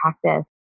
practice